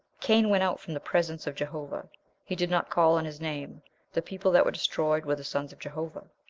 cain went out from the presence of jehovah he did not call on his name the people that were destroyed were the sons of jehovah.